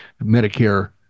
Medicare